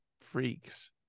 Freaks